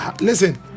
listen